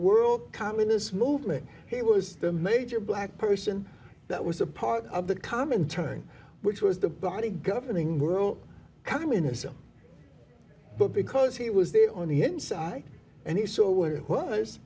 world communist movement he was a major black person that was a part of the common turning which was the body governing world communism but because he was there on the inside and he saw wh